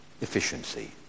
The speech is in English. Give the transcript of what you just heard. efficiency